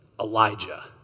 Elijah